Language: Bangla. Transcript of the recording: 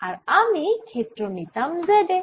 আর আমি ক্ষেত্র নিতাম z এ